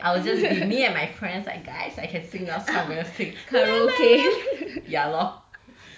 I'll just be me and my friends like guys I can sing out some karaoke ya lor